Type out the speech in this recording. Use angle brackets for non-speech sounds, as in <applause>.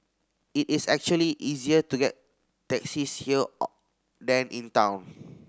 it is actually easier to get taxis here <unintelligible> than in town